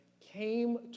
came